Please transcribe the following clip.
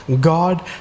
God